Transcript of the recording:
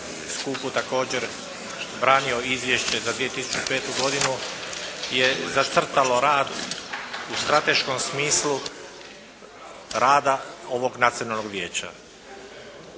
skupu također branio, izvješće za 2004. godinu, je zacrtalo rad u strateškom smislu rada ovog Nacionalnog vijeća.